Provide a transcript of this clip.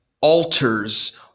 altars